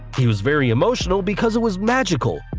he was very emotional because it was magical.